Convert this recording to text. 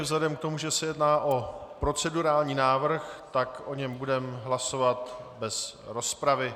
Vzhledem k tomu, že se jedná o procedurální návrh, tak o něm budeme hlasovat bez rozpravy.